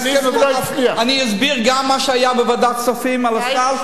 אני אסביר גם מה היה בוועדת הכספים על הסל.